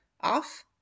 off